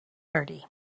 party